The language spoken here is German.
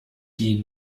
die